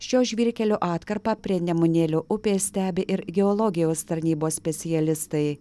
šio žvyrkelio atkarpą prie nemunėlio upės stebi ir geologijos tarnybos specialistai